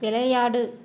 விளையாடு